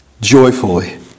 joyfully